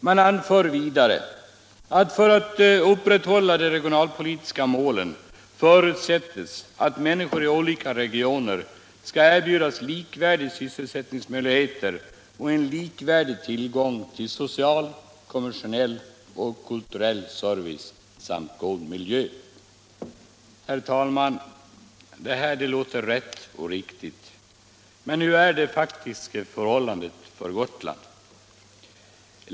Man anför vidare att för att upprätthålla de regionalpolitiska målen förutsättes att människor i olika regioner skall erbjudas likvärdiga sysselsättningsmöjligheter och en likvärdig tillgång till social, kommersiell och kulturell service samt god miljö. Herr talman! Detta låter rätt och riktigt, men hur är de faktiska förhållandena för Gotland?